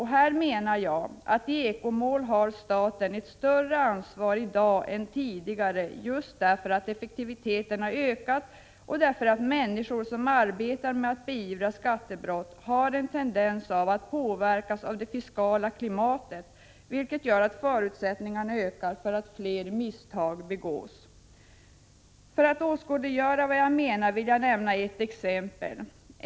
Här menar jag att staten i eko-mål i dag har ett större ansvar än tidigare, just därför att effektiviteten ökat och därför att människor som arbetar med att beivra skattebrott visar en tendens att påverkas av det fiskala klimatet, vilket gör att förutsättningarna för att fler misstag begås ökar. För att åskådliggöra vad jag menar vill jag nämna ett exempel.